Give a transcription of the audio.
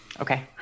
Okay